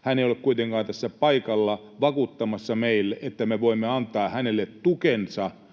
Hän ei ole kuitenkaan tässä paikalla vakuuttamassa meille, että me voimme antaa hänelle tukemme